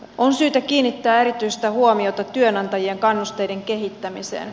on syytä kiinnittää erityistä huomiota työnantajien kannusteiden kehittämiseen